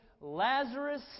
Lazarus